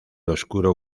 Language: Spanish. oscuro